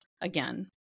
again